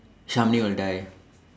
Shamini will die